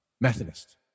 Methodist